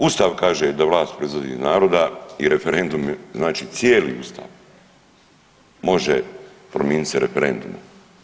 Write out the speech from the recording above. Ustav kaže da vlast proizlazi iz naroda i referendum znači cijeli Ustav, može promijenit se referendumom.